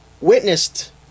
witnessed